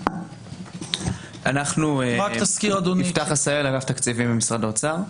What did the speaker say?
אני מאגף תקציבים במשרד האוצר.